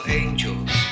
angels